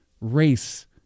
race